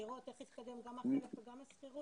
לראות איך התקדם גם החלף וגם השכירות?